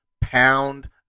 pound